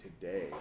today